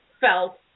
felt